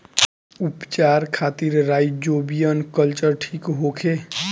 उपचार खातिर rhizobium culture ठीक होखे?